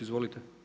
Izvolite.